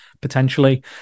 potentially